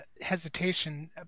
hesitation